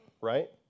right